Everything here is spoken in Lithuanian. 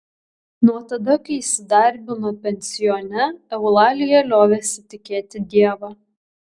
nuo tada kai įsidarbino pensione eulalija liovėsi tikėti dievą